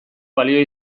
balio